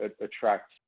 attract